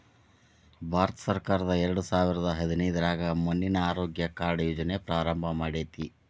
ಭಾರತಸರ್ಕಾರ ಎರಡಸಾವಿರದ ಹದಿನೈದ್ರಾಗ ಮಣ್ಣಿನ ಆರೋಗ್ಯ ಕಾರ್ಡ್ ಯೋಜನೆ ಪ್ರಾರಂಭ ಮಾಡೇತಿ